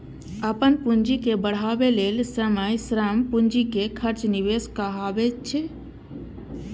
अपन पूंजी के बढ़ाबै लेल समय, श्रम, पूंजीक खर्च निवेश कहाबै छै